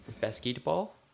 Basketball